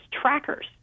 trackers